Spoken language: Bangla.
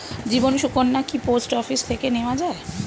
জীবন সুকন্যা কি পোস্ট অফিস থেকে নেওয়া যায়?